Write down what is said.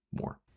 more